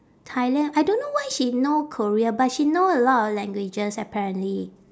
thailand I don't know why she know korea but she know a lot of languages apparently